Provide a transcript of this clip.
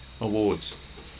Awards